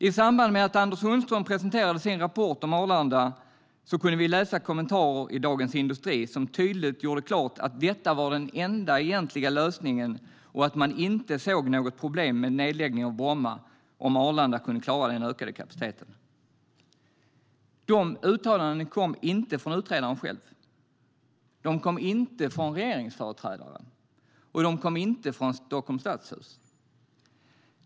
I samband med att Anders Sundström presenterade sin rapport om Arlanda kunde vi läsa kommentarer i Dagens Industri som tydligt gjorde klart att detta var den enda egentliga lösningen och att man inte såg något problem med en nedläggning av Bromma om Arlanda kunde klara den ökade kapaciteten. De uttalandena kom inte från utredaren själv. De kom inte från regeringsföreträdare, och de kom inte från Stockholms stadshus.